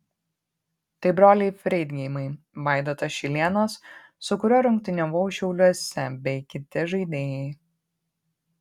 tai broliai freidgeimai vaidotas šilėnas su kuriuo rungtyniavau šiauliuose bei kiti žaidėjai